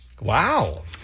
Wow